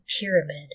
pyramid